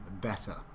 better